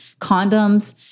condoms